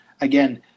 again